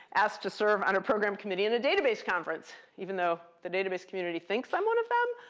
asked to serve on a program committee in a database conference, even though the database community thinks i'm one of them.